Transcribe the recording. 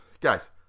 Guys